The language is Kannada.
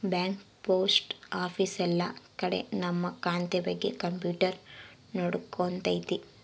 ಬ್ಯಾಂಕ್ ಪೋಸ್ಟ್ ಆಫೀಸ್ ಎಲ್ಲ ಕಡೆ ನಮ್ ಖಾತೆ ಬಗ್ಗೆ ಕಂಪ್ಯೂಟರ್ ನೋಡ್ಕೊತೈತಿ